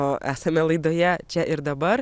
o esame laidoje čia ir dabar